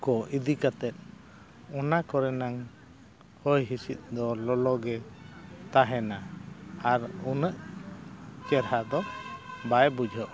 ᱠᱚ ᱤᱫᱤ ᱠᱟᱛᱮᱫ ᱚᱱᱟ ᱠᱚᱨᱮᱱᱟᱜ ᱦᱚᱭ ᱦᱤᱸᱥᱤᱫ ᱫᱚ ᱞᱚᱞᱚ ᱜᱮ ᱛᱟᱦᱮᱱᱟ ᱟᱨ ᱩᱱᱟᱹᱜ ᱪᱮᱦᱨᱟ ᱫᱚ ᱵᱟᱭ ᱵᱩᱡᱷᱟᱹᱜᱼᱟ